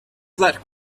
that